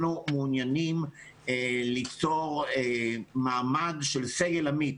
אנחנו מעוניינים ליצור מעמד של סגל עמית.